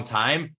time